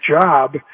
job